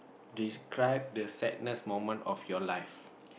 describe the sadness moment of your life